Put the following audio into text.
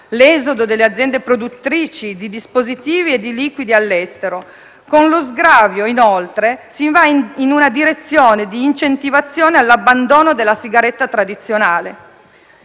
l'esodo delle aziende produttrici di dispositivi e di liquidi all'estero. Con lo sgravio, inoltre, si va in una direzione di incentivazione all'abbandono della sigaretta tradizionale.